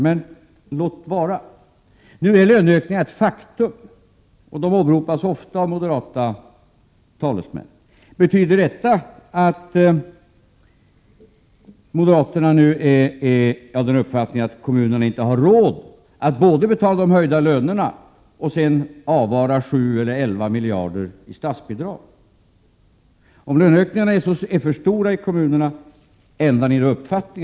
Men nu är dessa löneökningar ett faktum. De åberopas ofta av moderata talesmän. Betyder detta att moderaterna nu är av den uppfattningen att kommunerna inte har råd att både betala de höjda lönerna och sedan avvara 7 eller 11 miljarder kronor i statsbidrag? Om löneökningarna är för stora i kommunerna, ändrar ni då er uppfattning?